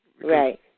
right